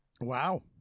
Wow